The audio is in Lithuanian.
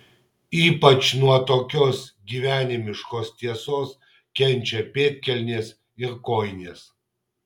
ypač nuo tokios gyvenimiškos tiesos kenčia pėdkelnės ir kojinės